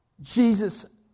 Jesus